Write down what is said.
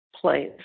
place